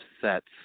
sets